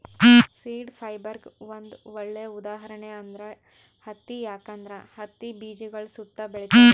seed ಫೈಬರ್ಗ್ ಒಂದ್ ಒಳ್ಳೆ ಉದಾಹರಣೆ ಅಂದ್ರ ಹತ್ತಿ ಯಾಕಂದ್ರ ಹತ್ತಿ ಬೀಜಗಳ್ ಸುತ್ತಾ ಬೆಳಿತದ್